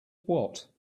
what